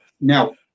Now